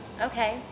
Okay